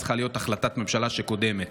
צריכה להיות החלטת ממשלה שקודמת.